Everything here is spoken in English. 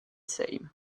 same